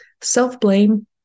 Self-blame